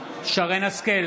אינה נוכחת ניסים